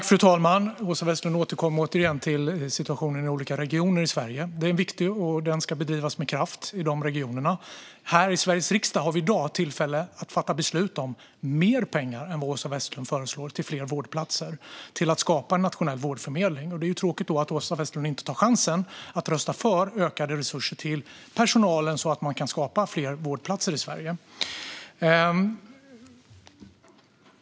Fru talman! Åsa Westlund återkommer igen till situationen i olika regioner i Sverige. Den är viktig, och arbetet ska bedrivas med kraft i de regionerna. Här i Sveriges riksdag har vi i dag tillfälle att fatta beslut om mer pengar än vad Åsa Westlund föreslår till fler vårdplatser och till att skapa en nationell vårdförmedling. Det är då tråkigt att Åsa Westlund inte tar chansen att rösta för ökade resurser till personalen så att man kan skapa fler vårdplatser i Sverige.